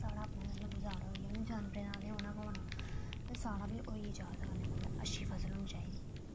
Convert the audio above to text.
साढ़ा अपना गुजारा होई जंदा जानवरें दा ते होना गै होना साढ़ा बी होई गै जाह्ग मतलब अच्छी फसल होना चाहिदी